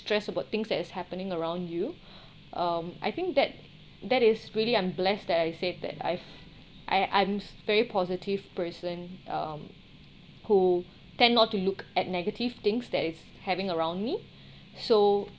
stress about things that is happening around you um I think that that is really I'm blessed that I said that I've I I'm very positive person um who tend not to look at negative things that it's having around me so